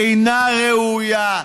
אינה ראויה,